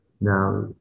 now